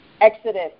Exodus